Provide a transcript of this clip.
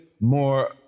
more